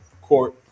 court